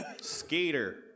Skater